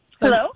Hello